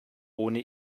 ohne